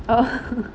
oh